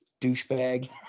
douchebag